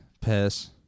piss